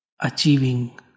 achieving